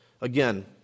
again